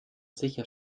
sicher